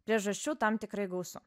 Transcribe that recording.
priežasčių tam tikrai gausu